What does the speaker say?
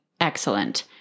excellent